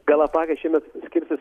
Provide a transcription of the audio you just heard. galapagai šiemet skirsis